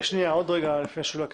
עוד רגע לפני שולה קשת.